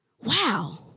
Wow